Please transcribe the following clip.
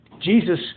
Jesus